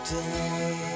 day